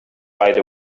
right